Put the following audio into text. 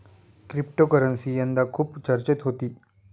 cryptocurrency यंदा खूप चर्चेत होती